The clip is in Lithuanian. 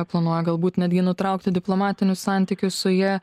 planuoja galbūt netgi nutraukti diplomatinius santykius su ja